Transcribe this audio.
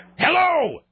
Hello